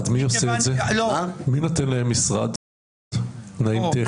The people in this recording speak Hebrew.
מי נותן להם משרד, תנאים טכניים?